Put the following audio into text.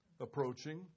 approaching